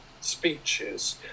speeches